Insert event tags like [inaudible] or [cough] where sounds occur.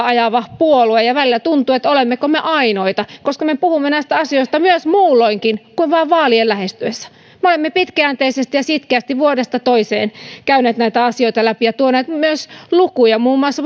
[unintelligible] ajava puolue ja välillä tuntuu että olemmeko me ainoita koska me puhumme näistä asioista muulloinkin kuin vain vaalien lähestyessä me olemme pitkäjänteisesti ja sitkeästi vuodesta toiseen käyneet näitä asioita läpi ja tuoneet myös lukuja muun muassa [unintelligible]